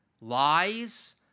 lies